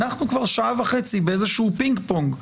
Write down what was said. אנחנו כבר שעה וחצי באיזשהו פינג-פונג.